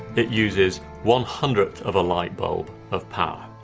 it uses one hundredth of a light bulb of power.